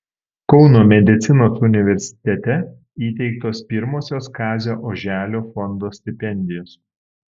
kauno medicinos universitete įteiktos pirmosios kazio oželio fondo stipendijos